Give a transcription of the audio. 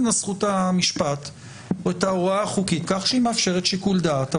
תנסחו את ההוראה החוקית כך שהיא מאפשרת שיקול דעת,